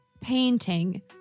painting